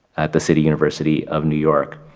at the city university of new york,